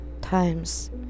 times